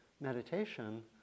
meditation